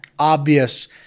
Obvious